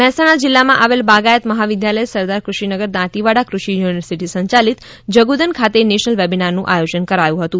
વેબિના ર મહેસાણા જીલ્લામાં આવેલ બાગાયત મહાવિદ્યાલય સરદાર કૃષિનગર દાંતીવાડા ક્રષિ યુનિવર્સિટી સંચાલિત જગુદન ખાતે નેશનલ વેબિનારનું આયોજન કર્યું હતુ